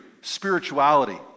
spirituality